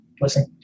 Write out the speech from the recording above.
listen